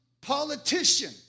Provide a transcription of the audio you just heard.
politician